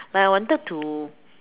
ya I wanted to